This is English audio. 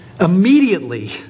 immediately